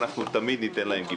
אנחנו תמיד ניתן להם גיבוי.